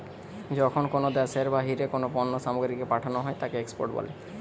যখন কোনো দ্যাশের বাহিরে কোনো পণ্য সামগ্রীকে পাঠানো হই তাকে এক্সপোর্ট বলে